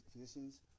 physicians